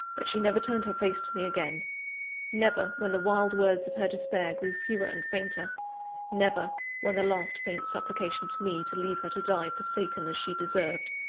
but she never turned her face to me again never, when the wild words of her despair grew fewer and fainter never, when the last faint supplication to me, to leave her to die forsaken as she deserved,